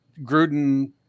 Gruden